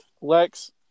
Lex